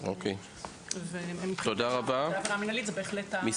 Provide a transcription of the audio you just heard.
אנחנו --- עבירה מנהלית זה בהחלט --- אוקיי תודה רבה.